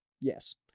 yes